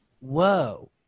Whoa